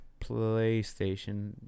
PlayStation